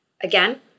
Again